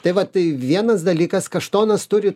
tai va tai vienas dalykas kaštonas turi